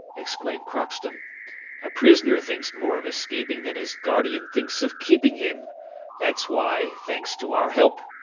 exclaimed crockston a prisoner thinks more of escaping than his guardian thinks of keeping him that's why, thanks to our help,